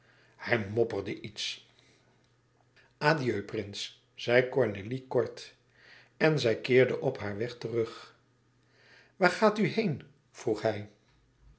hij mopperde iets adieu prins zei cornélie kort en zij keerde op haar weg terug waar gaat u heen vroeg hij